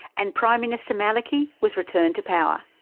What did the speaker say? and prime minister maliki was returned to power.